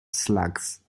slugs